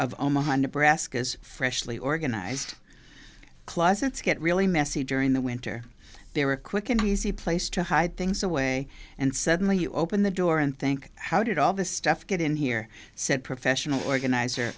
of omaha nebraska is freshly organized closets get really messy during the winter they were quick and easy place to hide things away and suddenly you open the door and think how did all this stuff get in here said professional organizer